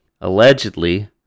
allegedly